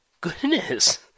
goodness